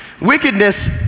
Wickedness